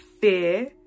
fear